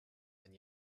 and